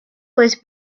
was